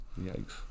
Yikes